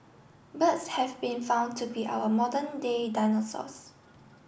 birds have been found to be our modern day dinosaurs